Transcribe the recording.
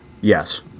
Yes